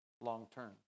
long-term